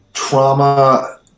Trauma